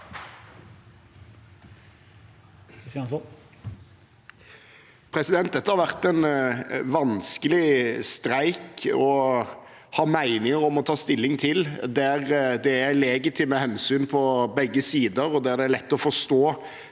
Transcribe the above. Dette har vært en vanskelig streik å ha meninger om og ta stilling til, der det er legitime hensyn på begge sider, og der det er lett å forstå